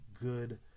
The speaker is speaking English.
good